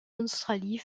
australie